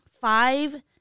five